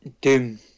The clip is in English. Doom